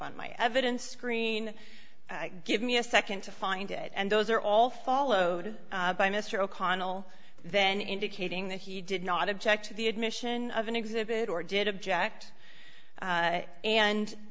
on my evidence screen give me a nd to find it and those are all followed by mr o'connell then indicating that he did not object to the admission of an exhibit or did object